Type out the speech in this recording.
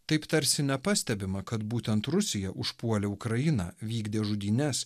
taip tarsi nepastebima kad būtent rusija užpuolė ukrainą vykdė žudynes